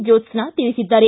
ಜ್ಯೋತ್ಸ್ನಾ ತಿಳಿಸಿದ್ದಾರೆ